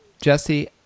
Jesse